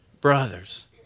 Brothers